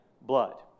blood